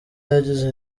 yagize